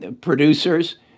producers